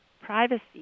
privacy